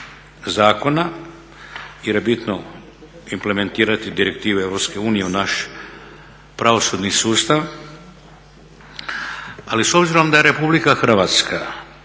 zakona jer je bitno implementirati direktive EU u naš pravosudni sustav. Ali s obzirom da je Republika Hrvatska